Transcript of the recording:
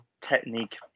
technique